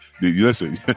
listen